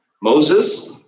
Moses